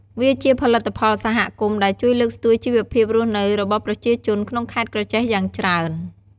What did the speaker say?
វាជាផលិតផលសហគមន៍ដែលជួយលើកស្ទួយជីវភាពរស់នៅរបស់ប្រជាជនក្នុងខេត្តក្រចេះយ៉ាងច្រើន។